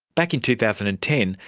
back in two thousand and ten,